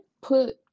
put